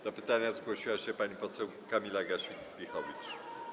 Do pytania zgłosiła się pani poseł Kamila Gasiuk-Pihowicz.